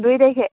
দুই তাৰিখে